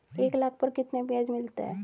एक लाख पर कितना ब्याज मिलता है?